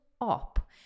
up